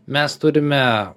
mes turime